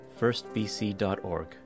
firstbc.org